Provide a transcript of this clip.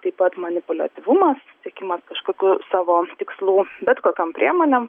taip pat manipuliatyvumas siekimas kažkokių savo tikslų bet kokiom priemonėm